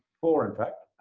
four, in fact.